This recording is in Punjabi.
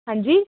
ਹਾਂਜੀ